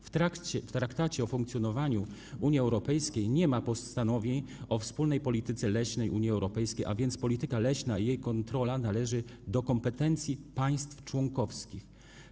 W Traktacie o funkcjonowaniu Unii Europejskiej nie ma postanowień o wspólnej polityce leśnej Unii Europejskiej, a więc polityka leśna i jej kontrola należą do kompetencji państw członkowskich.